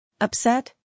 Upset